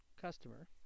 customer